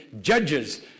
Judges